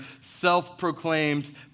self-proclaimed